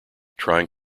trying